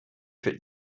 für